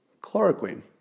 chloroquine